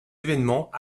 évènements